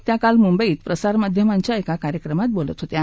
त्या काल मुंबईत प्रसारमाध्यमांच्या एका कार्यक्रमात बोलत होत्या